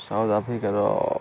south ଆଫ୍ରିକାର